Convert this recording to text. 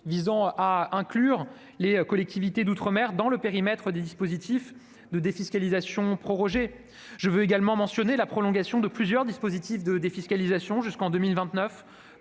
visant à inclure les collectivités d'outre-mer dans le périmètre des dispositifs de défiscalisation prorogés. Je mentionne également la prolongation de plusieurs dispositifs de défiscalisation jusqu'en 2029